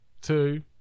two